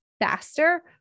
faster